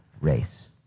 race